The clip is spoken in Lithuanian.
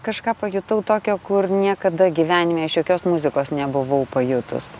kažką pajutau tokio kur niekada gyvenime iš jokios muzikos nebuvau pajutus